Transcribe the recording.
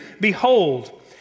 Behold